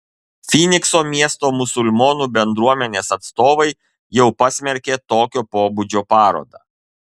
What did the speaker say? fynikso miesto musulmonų bendruomenės atstovai jau pasmerkė tokio pobūdžio parodą